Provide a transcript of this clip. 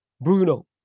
Bruno